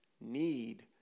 need